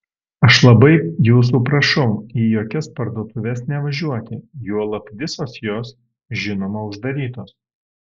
aš labai jūsų prašau į jokias parduotuves nevažiuoti juolab visos jos žinoma uždarytos